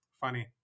funny